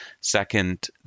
Second